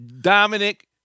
Dominic